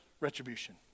retribution